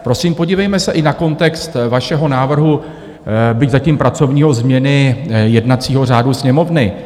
Prosím, podívejme se i na kontext vašeho návrhu, byť zatím pracovního, změny jednacího řádu Sněmovny.